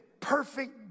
Perfect